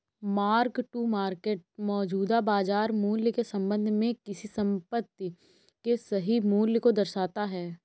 mark to market मौजूदा बाजार मूल्य के संबंध में किसी संपत्ति के सही मूल्य को दर्शाता है